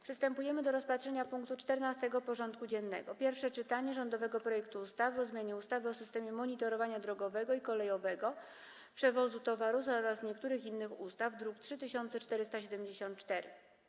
Przystępujemy do rozpatrzenia punktu 14. porządku dziennego: Pierwsze czytanie rządowego projektu ustawy o zmianie ustawy o systemie monitorowania drogowego i kolejowego przewozu towarów oraz niektórych innych ustaw (druk nr 3474)